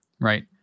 right